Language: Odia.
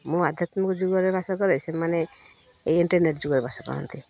ମୁଁ ଆଧ୍ୟାତ୍ମିକ ଯୁଗରେ ବାସ କରେ ସେମାନେ ଏଇ ଇଣ୍ଟରନେଟ୍ ଯୁଗରେ ବାସ କରନ୍ତି